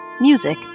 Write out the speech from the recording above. music